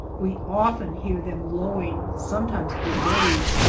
we often hear them lowing, sometimes for days,